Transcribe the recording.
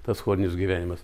tas chorinis gyvenimas